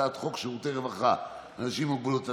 הצעת חוק שירותי רווחה לאנשים עם מוגבלות,